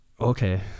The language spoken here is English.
Okay